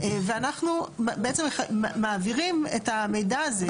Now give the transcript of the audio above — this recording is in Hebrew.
ואנחנו בעצם מעבירים את המידע הזה.